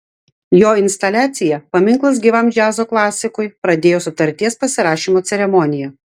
jo instaliacija paminklas gyvam džiazo klasikui pradėjo sutarties pasirašymo ceremoniją